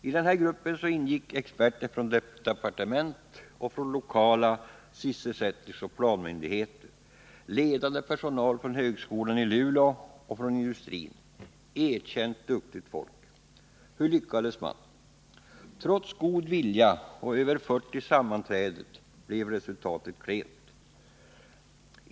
I denna grupp ingick experter från departement och lokala sysselsättningsoch planmyndigheter, ledande personal från högskolan i Luleå och från industrin — erkänt duktigt folk. Hur lyckades man? Trots god vilja och över 40 sammanträden blev resultatet klent.